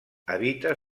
habita